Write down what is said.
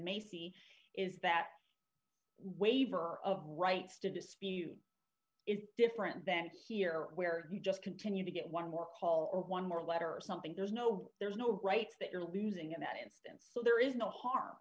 macy is that waiver of rights to dispute is different than here where you just continue to get one more call or one more letter or something there's no there's no rights that you're losing in that instance so there is no harm